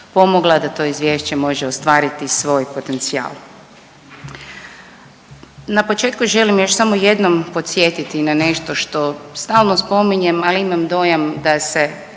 da to izvješće može ostvariti svoj potencijal. Na početku želim još samo jednom podsjetiti na nešto što stalno spominjem, ali imam dojam da se